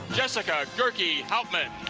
jessica gehrke helpman.